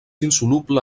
insoluble